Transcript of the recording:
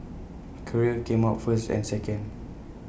Korea came out first and second